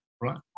right